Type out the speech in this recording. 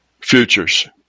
futures